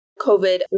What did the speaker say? COVID